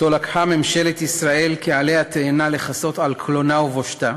שאותו לקחה ממשלת ישראל כעלה תאנה לכסות על קלונה ובושתה